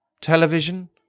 television